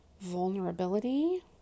vulnerability